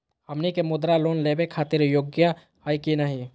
हमनी के मुद्रा लोन लेवे खातीर योग्य हई की नही?